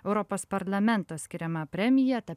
europos parlamento skiriama premija ta